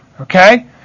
Okay